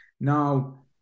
now